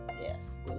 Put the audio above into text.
Yes